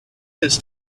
his